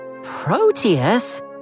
Proteus